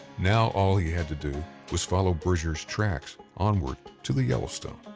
now all he had to do was follow bridger's tracks onward to the yellowstone.